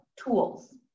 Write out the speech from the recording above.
tools